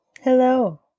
Hello